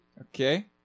okay